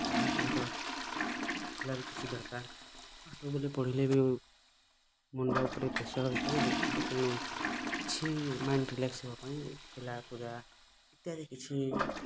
ପଢ଼ା ସହିତ ଖେଳ ବି କିଛି ଦରକାର୍ ସବୁବେଳେ ପଢ଼ିଲେ ବି ମୁଣ୍ଡ ଉପରେ ପ୍ରସେର୍ ଦେଇ ତେଣୁ କିଛି ମାଇଣ୍ଡ ରିଲାକ୍ସ ହବା ପାଇଁ ଖେଲା କୁଦା ଇତ୍ୟାଦି କିଛି